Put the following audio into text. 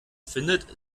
findet